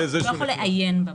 הוא לא יכול לעיין במידע.